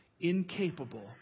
incapable